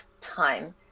time